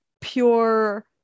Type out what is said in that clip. pure